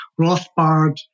Rothbard